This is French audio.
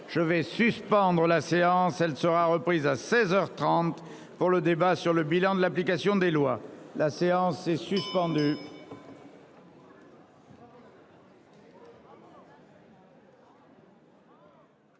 je vais suspendre la séance. Elle sera reprise à 16h 30 pour le débat sur le bilan de l'application des lois, la séance est suspendue.